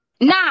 Nah